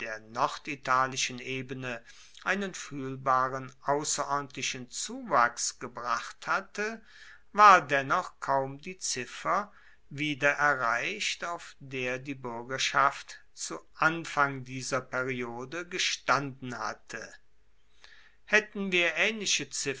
norditalischen ebene einen fuehlbaren ausserordentlichen zuwachs gebracht hatte war dennoch kaum die ziffer wieder erreicht auf der die buergerschaft zu anfang dieser periode gestanden hatte haetten wir